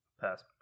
Pass